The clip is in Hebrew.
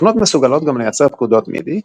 תוכנות מסוגלות גם לייצר פקודות מידי,